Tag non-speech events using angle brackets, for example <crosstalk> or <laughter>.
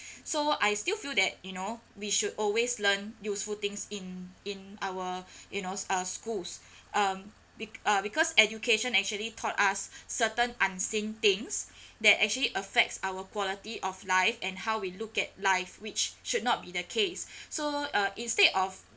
so I still feel that you know we should always learn useful things in in our <breath> you know uh schools <breath> um be~ uh because education actually taught us <breath> certain unseen things <breath> that actually affects our quality of life and how we look at life which should not be the case <breath> so uh instead of